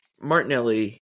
Martinelli